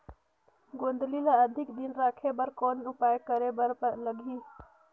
गोंदली ल अधिक दिन राखे बर कौन उपाय करे बर लगही?